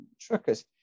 truckers